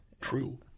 True